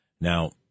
Now